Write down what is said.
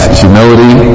humility